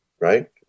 Right